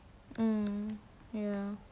hmm ya